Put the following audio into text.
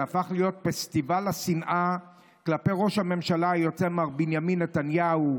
זה הפך להיות פסטיבל השנאה כלפי ראש הממשלה היוצא מר בנימין נתניהו,